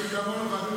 גם למרפאת הכנסת,